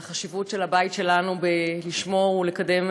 על החשיבות של הבית שלנו בשמירה ובקידום